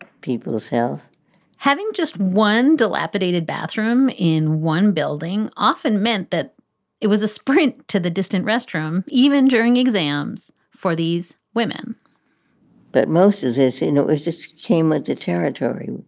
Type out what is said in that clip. people's health having just one dilapidated bathroom in one building often meant that it was a sprint to the distant restroom, even during exams for these women but most of his note was just came with the territory.